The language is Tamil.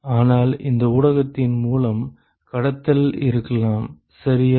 ஆனால் இந்த ஊடகத்தின் மூலம் கடத்தல் இருக்கலாம் சரியா